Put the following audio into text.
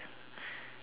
and like